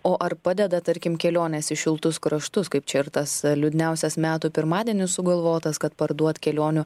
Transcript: o ar padeda tarkim kelionės į šiltus kraštus kaip čia ir tas liūdniausias metų pirmadienis sugalvotas kad parduot kelionių